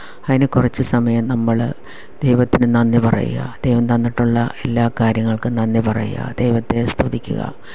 അതിന് കുറച്ച് സമയം നമ്മള് ദൈവത്തിനു നന്ദി പറയുക ദൈവം തന്നിട്ടുള്ള എല്ലാ കാര്യങ്ങൾക്കും നന്ദി പറയുക ദൈവത്തിന് സ്തുതിക്കുക